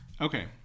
okay